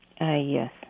Yes